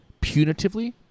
punitively